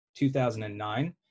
2009